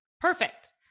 Perfect